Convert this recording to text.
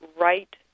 right